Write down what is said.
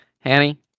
Hanny